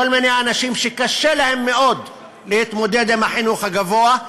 כל מיני אנשים שקשה להם מאוד להתמודד עם החינוך הגבוה.